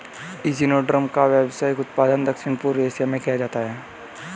echinoderm का व्यावसायिक उत्पादन दक्षिण पूर्व एशिया में किया जाता है